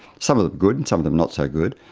some of them good and some of them not so good.